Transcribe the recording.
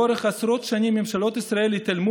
לאורך עשרות שנים ממשלות ישראל התעלמו